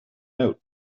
note